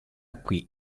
qui